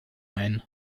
ein